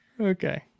Okay